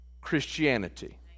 christianity